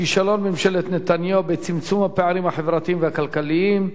כישלון ממשלת נתניהו בצמצום הפערים החברתיים והכלכליים.